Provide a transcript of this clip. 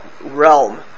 realm